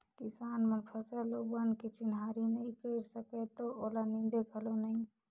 किसान मन फसल अउ बन के चिन्हारी नई कयर सकय त ओला नींदे घलो नई